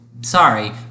sorry